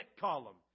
column